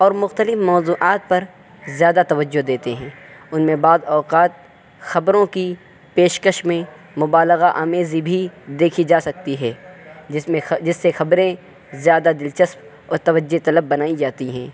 اور مختلف موضوعات پر زیادہ توجہ دیتے ہیں ان میں بعض اوقات خبروں کی پیشکش میں مبالغہ آمیزی بھی دیکھی جا سکتی ہے جس میں جس سے خبریں زیادہ دلچسپ اور توجہ طلب بنائی جاتی ہیں